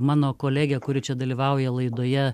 mano kolegė kuri čia dalyvauja laidoje